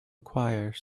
acquire